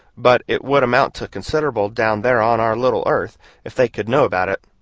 but it would amount to considerable down there on our little earth if they could know about it.